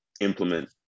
implement